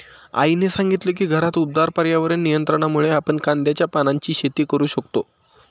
आईने सांगितले की घरात उबदार पर्यावरण नियंत्रणामुळे आपण कांद्याच्या पानांची शेती करू शकतो